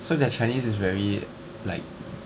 so their chinese is very like